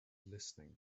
listening